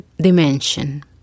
dimension